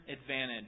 advantage